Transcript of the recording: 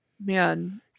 Man